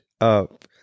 up